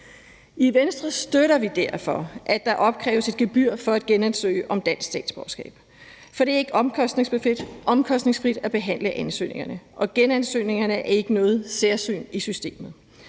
I Venstre støtter vi derfor, at der opkræves et gebyr for at genansøge om dansk statsborgerskab. For det er ikke omkostningsfrit at behandle ansøgningerne, og genansøgningerne er ikke noget særsyn i systemet.